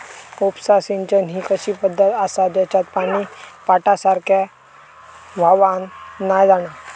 उपसा सिंचन ही अशी पद्धत आसा जेच्यात पानी पाटासारख्या व्हावान नाय जाणा